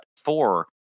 four